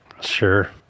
Sure